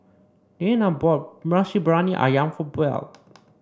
Leaner bought Nasi Briyani ayam for Buell